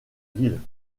ville